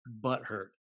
butthurt